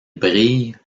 brille